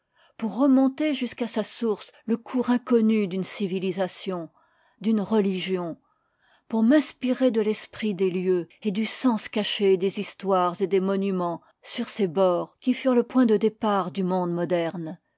pour remonter jusqu'à sa source le cours inconnu d'une civilisation d'une religion pour m'inspirer de l'esprit des lieux et du sens caché des histoires et des monumens sur ces bords qui furent le point de départ du monde moderne